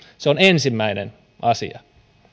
se on ensimmäinen asia